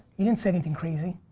you didn't say anything crazy.